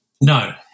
No